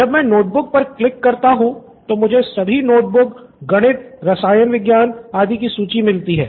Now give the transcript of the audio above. जब मैं नोटबुक पर क्लिक करता हूं तो मुझे सभी नोटबुक गणित रसायन विज्ञान आदि की सूची मिलती है